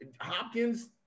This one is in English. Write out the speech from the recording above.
Hopkins